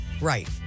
Right